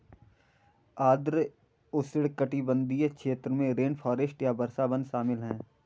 आर्द्र उष्णकटिबंधीय क्षेत्र में रेनफॉरेस्ट या वर्षावन शामिल हैं